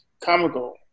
comical